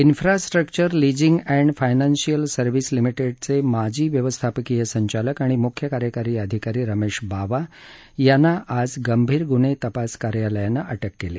िफ्रास्ट्रक्चर leasing and financial service लिमिटेडचे माजी व्यवस्थापकीय संचालक आणि मुख्य कार्यकारी अधिकारी रमेश बावा यांना आज गंभीर गुन्हे तपास कार्यालयानं अटक केली